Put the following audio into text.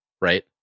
right